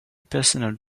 personal